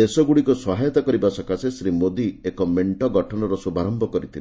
ଦେଶଗୁଡ଼ିକୁ ସହାୟତା କରିବା ସକାଶେ ଶ୍ରୀ ମୋଦୀ ଏକ ମେଣ୍ଟ ଗଠନର ଶୁଭାରମ୍ଭ କରିଥିଲେ